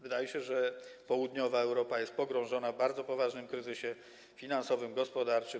Wydaje się, że południowa Europa jest pogrążona w bardzo poważnym kryzysie finansowym, gospodarczym.